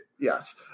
Yes